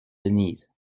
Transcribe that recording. denise